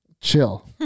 Chill